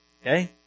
Okay